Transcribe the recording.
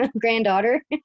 granddaughter